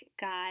God